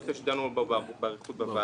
אני זוכר שדנו על זה באריכות בוועדה.